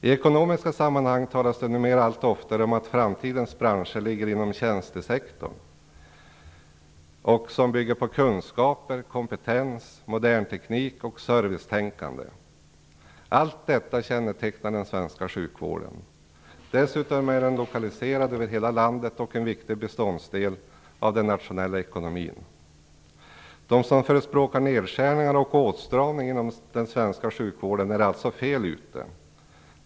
I ekonomiska sammanhang talas det numera allt oftare om att framtidens branscher ligger inom tjänstesektorn och att de bygger på kunskaper, kompetens, modern teknik och servicetänkande. Allt detta kännetecknar den svenska sjukvården. Dessutom är den lokaliserad över hela landet och är en viktig beståndsdel i den nationella ekonomin. De som förespråkar nedskärningar och åtstramningar inom den svenska sjukvården har fel.